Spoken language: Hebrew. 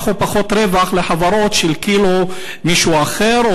או פחות רווח לחברות של כאילו מישהו אחר,